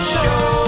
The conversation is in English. show